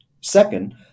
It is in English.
Second